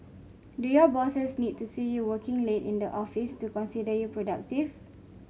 do your bosses need to see you working late in the office to consider you productive